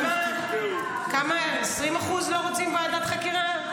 כמה, 20% לא רוצים ועדת חקירה?